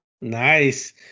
Nice